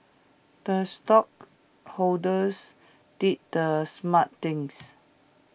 the stockholders did the smart things